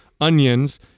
onions